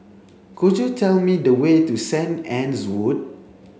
could you tell me the way to St Anne's Wood